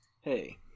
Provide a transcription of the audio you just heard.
hey